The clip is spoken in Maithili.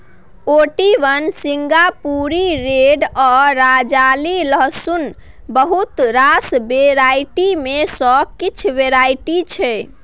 ओटी वन, सिंगापुरी रेड आ राजाली रसुनक बहुत रास वेराइटी मे सँ किछ वेराइटी छै